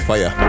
Fire